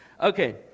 Okay